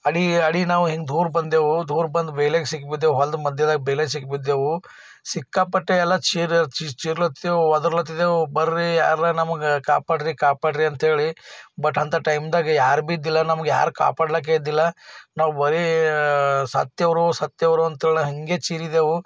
ಅಡಿ ಅಡಿ ನಾವು ಹಿಂಗೆ ದೂರ ಬಂದೆವು ದೂರ ಬಂದು ಬೇಲಿಗೆ ಸಿಕ್ಕಿಬಿದ್ದೆವು ಹೊಲದ ಮಧ್ಯದಾಗೆ ಬೇಲಿಗೆ ಸಿಕ್ಕಿಬಿದ್ದೆವು ಸಿಕ್ಕಾಪಟ್ಟೆ ಎಲ್ಲ ಚೀರಿ ಚೀರಲತ್ತಿದ್ದೆವು ಒದರಲತ್ತಿದ್ದೆವು ಬರ್ರಿ ಯಾರಾರು ನಮ್ಗೆ ಕಾಪಾಡಿರಿ ಕಾಪಾಡಿರಿ ಅಂಥೇಳಿ ಬಟ್ ಅಂಥ ಟೈಮ್ದಾಗೆ ಯಾರೂ ಭೀ ಇದ್ದಿಲ್ಲ ನಮಗೆ ಯಾರೂ ಕಾಪಾಡಲಿಕ್ಕೆ ಇದ್ದಿಲ್ಲ ನಾವು ಬರಿ ಸತ್ತೇವ್ರೋ ಸತ್ತೇವ್ರೋ ಅಂಥೇಳಿ ಹಂಗೆ ಚೀರಿದೆವು